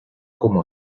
como